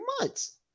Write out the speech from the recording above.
months